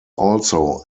also